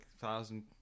thousand